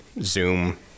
Zoom